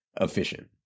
efficient